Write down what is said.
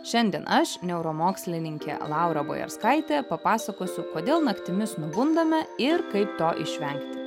šiandien aš neuromokslininkė laura bajarskaitė papasakosiu kodėl naktimis nubundame ir kaip to išvengti